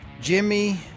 Jimmy